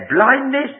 blindness